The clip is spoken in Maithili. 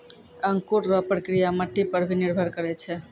अंकुर रो प्रक्रिया मट्टी पर भी निर्भर करै छै